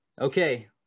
Okay